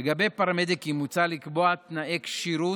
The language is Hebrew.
לגבי פרמדיקים מוצע לקבוע תנאי כשירות